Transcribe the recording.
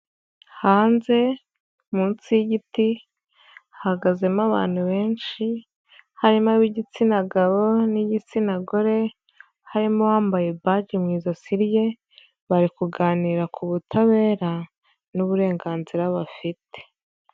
Hanze munsi y'igiti hahagazemo abantu benshi harimo ab' igitsina gabo n'igitsina gore, harimo uwambaye baji mu ijosi rye, bari kuganira ku butabera n'uburenganzira bafite.